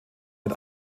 mit